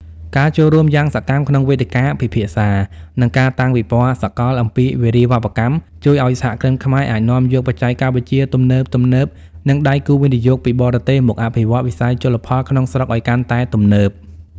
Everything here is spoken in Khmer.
ការចូលរួមយ៉ាងសកម្មក្នុងវេទិកាពិភាក្សា និងការតាំងពិព័រណ៍សកលអំពីវារីវប្បកម្ម ជួយឱ្យសហគ្រិនខ្មែរអាចនាំយកបច្ចេកវិទ្យាទំនើបៗ និងដៃគូវិនិយោគពីបរទេសមកអភិវឌ្ឍវិស័យជលផលក្នុងស្រុកឱ្យកាន់តែទំនើប។